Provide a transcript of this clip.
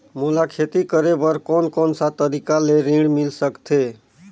मोला खेती करे बर कोन कोन सा तरीका ले ऋण मिल सकथे?